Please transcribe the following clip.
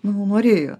nu norėjo